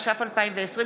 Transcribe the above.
התש"ף 2020,